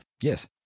Yes